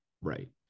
Right